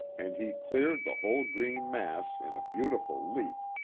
and he cleared the whole green mass in a beautiful leap.